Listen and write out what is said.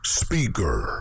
speaker